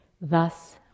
Thus